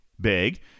big